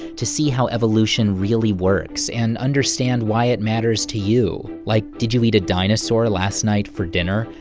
to see how evolution really works, and understand why it matters to you. like did you eat a dinosaur last night for dinner?